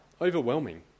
overwhelming